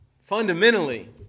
fundamentally